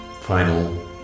Final